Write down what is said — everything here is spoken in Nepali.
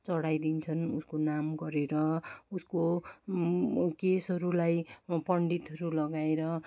चढाइदिन्छन् उसको नाम गरेर उसको केसहरूलाई पण्डितहरू लगाएर